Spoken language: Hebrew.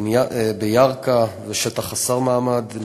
בירכא ושטח חסר מעמד,